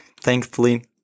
Thankfully